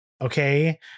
okay